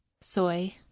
soy